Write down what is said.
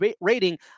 rating